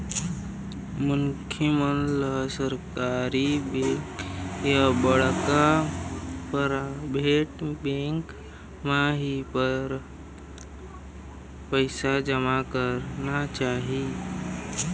मनखे मन ल सरकारी बेंक या बड़का पराबेट बेंक म ही पइसा जमा करना चाही